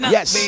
Yes